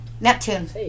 Neptune